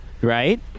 right